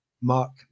Mark